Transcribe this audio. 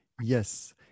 Yes